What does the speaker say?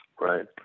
right